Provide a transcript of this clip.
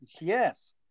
Yes